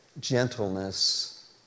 gentleness